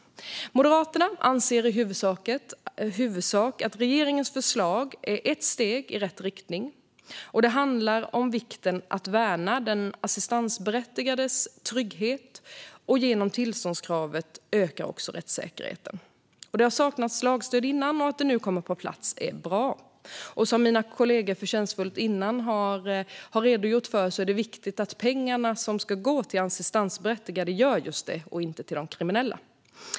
Moderaterna anser i huvudsak att regeringens förslag är ett steg i rätt riktning. Det handlar om vikten av att värna den assistansberättigades trygghet. Genom tillståndskravet ökar också rättssäkerheten. Det har tidigare saknats lagstöd, och det är bra att detta nu kommer på plats. Som mina kollegor förtjänstfullt har redogjort för tidigare är det viktigt att de pengar som ska gå till assistansberättigade går just dit och inte till kriminella.